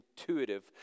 intuitive